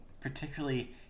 particularly